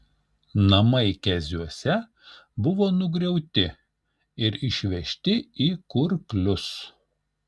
namai keziuose buvo nugriauti ir išvežti į kurklius